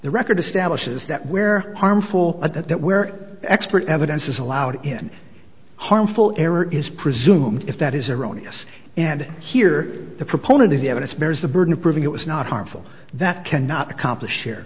the record establishes that where harmful but that where expert evidence is allowed in harmful error is presumed if that is erroneous and here the proponent of the evidence bears the burden of proving it was not harmful that cannot accomplish